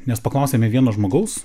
nes paklausėme vieno žmogaus